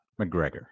McGregor